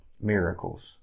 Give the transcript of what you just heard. miracles